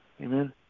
Amen